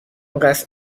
قصد